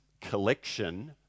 collection